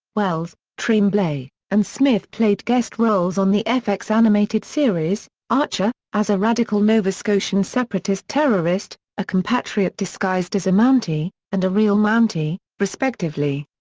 wells, tremblay, and smith played guest roles on the fx animated series, archer, as a radical nova scotian separatist terrorist, a compatriot disguised as a mountie, and a real mountie, respectively.